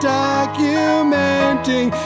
documenting